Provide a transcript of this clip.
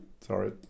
sorry